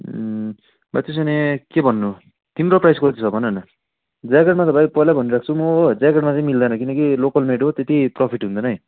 ल त्यसो भने के भन्नु तिम्रो प्राइस कति छ भन न ज्याकेटमा त भाइ पहिल्यै भनिराख्छु म हो ज्याकेटमा चाहिँ मिल्दैन किनकि लोकल मेड हो त्यति प्रफिट हुँदैन है